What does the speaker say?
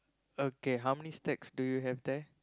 okay how many stacks do you have there